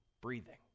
breathing